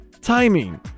Timing